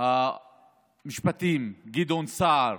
שר המשפטים גדעון סער